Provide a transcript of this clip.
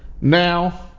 Now